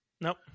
Nope